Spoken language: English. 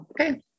okay